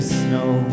snow